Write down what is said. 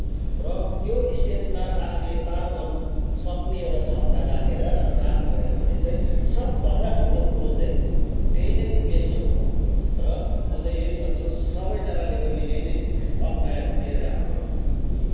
र त्यो स्टेजमा आफूले पार गर्नुसक्ने एउटा क्षमता राखेर काम गर्यो भने चाहिँ सबभन्दा ठुलो कुरो चाहिँ त्यही नै बेस्ट हो र म चाहिँ यही भन्छु सबैजनाले पनि यही नै अप्नायो भने राम्रो हो